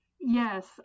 Yes